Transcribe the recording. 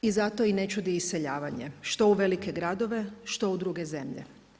I zato i ne čudi iseljavanje što u velike gradove, što u druge zemlje.